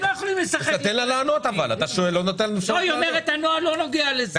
היא אומרת שהנוהל לא נוגע לזה.